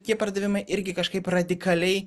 tie pardavimai irgi kažkaip radikaliai